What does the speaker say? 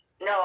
No